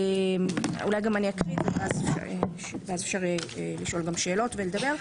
אני אקריא ואז יהיה אפשר לשאול שאלות ולדבר.